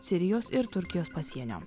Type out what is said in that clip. sirijos ir turkijos pasienio